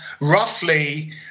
Roughly